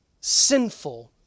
sinful